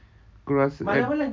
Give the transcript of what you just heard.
aku rasa kan